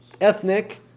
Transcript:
ethnic